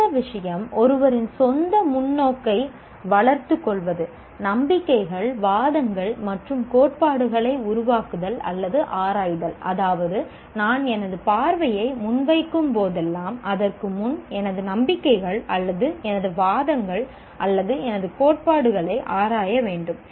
அடுத்த விஷயம் ஒருவரின் சொந்த முன்னோக்கை வளர்த்துக் கொள்வது நம்பிக்கைகள் வாதங்கள் அல்லது கோட்பாடுகளை உருவாக்குதல் அல்லது ஆராய்தல் அதாவது நான் எனது பார்வையை முன்வைக்கும்போதெல்லாம் அதற்கு முன் எனது நம்பிக்கைகள் அல்லது எனது வாதங்கள் அல்லது எனது கோட்பாடுகளை ஆராய வேண்டும்